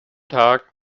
tag